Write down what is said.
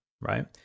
Right